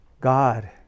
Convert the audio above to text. God